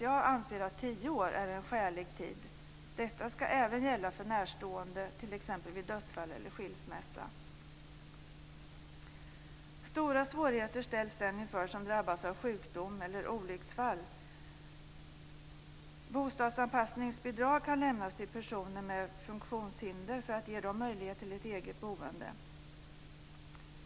Jag anser att tio år är en skälig tid. Detta ska även gälla för närstående t.ex. vid dödsfall eller skilsmässa. Stora svårigheter ställs den inför som drabbas av sjukdom eller olycksfall. Bostadsanpassningsbidrag kan lämnas till personer med funktionshinder för att ge dem möjlighet till ett eget boende.